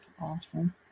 awesome